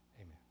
Amen